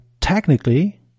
technically